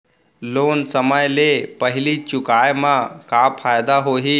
Loan समय ले पहिली चुकाए मा का फायदा होही?